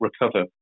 recover